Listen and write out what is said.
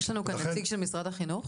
יש לנו כאן נציג של משרד החינוך?